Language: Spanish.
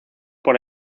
por